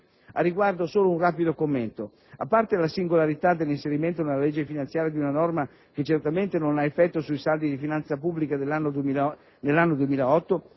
Al riguardo, solo un rapido commento. A parte la singolarità dell'inserimento nella legge finanziaria di una norma che certamente non ha effetto sui saldi di finanza pubblica nell'anno 2008,